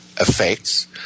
effects